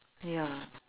ya